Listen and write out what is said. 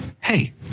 Hey